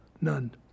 none